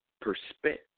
perspective